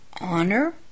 honor